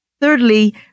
Thirdly